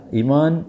iman